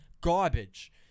garbage